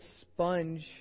sponge